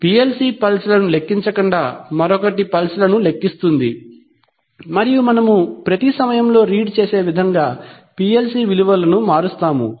కాబట్టి PLC pulse లను లెక్కించకుండా మరొకటి పల్స్ను లెక్కిస్తుంది మరియు మనము ప్రతి సమయంలో రీడ్ చేసే విధంగా పిఎల్సి విలువకు మారుస్తాము